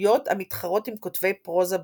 בכמויות המתחרות עם כותבי פרוזה בולטים.